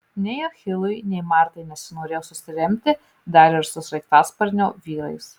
nei achilui nei martai nesinorėjo susiremti dar ir su sraigtasparnio vyrais